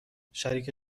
شریک